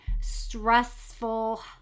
stressful